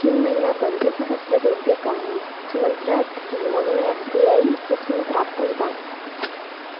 किं मया पञ्चसहस्ररूप्यकाणि सुमन्त्रात् योनो एस् बी ऐ इत्यस्मिन् प्राप्तं वा